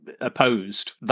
opposed